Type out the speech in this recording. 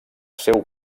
seu